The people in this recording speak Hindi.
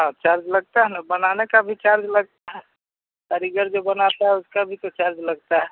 हाँ चार्ज लगता है ना बनाने का भी चार्ज लगता है कारीगर जो बनाता है उसका भी तो चार्ज लगता है